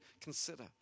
consider